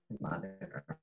Mother